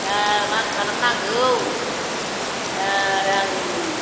दा मा खालामनांगौ दा आरो आं